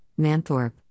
Manthorpe